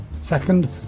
Second